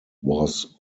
was